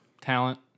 talent